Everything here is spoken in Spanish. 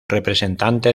representante